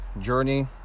journey